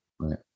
Right